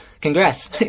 Congrats